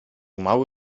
mały